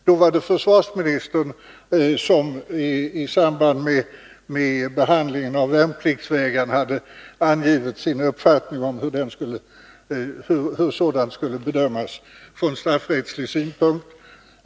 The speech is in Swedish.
Då var det försvarsministern som i samband med behandlingen av påföljder för värnpliktsvägran hade angivit sin uppfattning om hur sådan skulle bedömas från straffrättslig synpunkt.